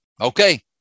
okay